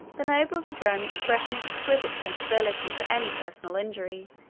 the nobles of rome express an exquisite sensibility for any personal injury,